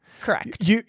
Correct